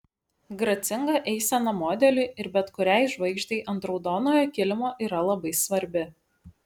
gracinga eisena modeliui ir bet kuriai žvaigždei ant raudonojo kilimo yra labai svarbi